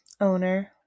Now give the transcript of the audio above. owner